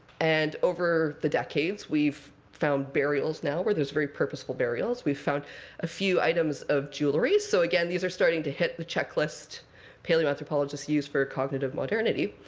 and over the decades, we've found burials now where there's very purposeful burials. we've found a few items of jewelry. so again, these are starting to hit the checklist paleoanthropologist used for cognitive modernity.